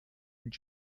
und